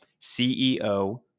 CEO